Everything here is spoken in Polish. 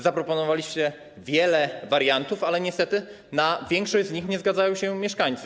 Zaproponowaliście wiele wariantów, ale niestety na większość z nich nie zgadzają się mieszkańcy.